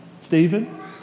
Stephen